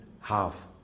half